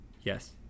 Yes